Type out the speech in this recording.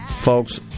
folks